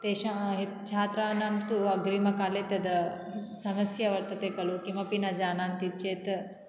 तेषा छात्राणां तु अग्रिमकाले तत् समस्या वर्तते खलु किमपि न जानन्ति चेत्